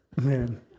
Man